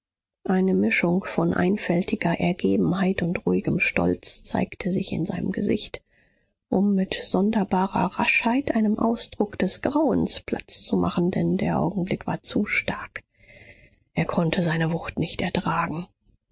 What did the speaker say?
eine mischung von einfältiger ergebenheit und ruhigem stolz zeigte sich in seinem gesicht um mit sonderbarer raschheit einem ausdruck des grauens platz zu machen denn der augenblick war zu stark er konnte seine wucht nicht ertragen